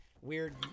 weird